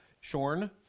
Shorn